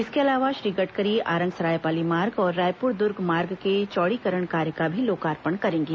इसके अलावा श्री गडकरी आरंग सरायपाली मार्ग और रायपुर दुर्ग मार्ग के चौड़ीकरण कार्य का भी लोकार्पण करेंगे